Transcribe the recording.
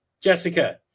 Jessica